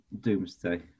Doomsday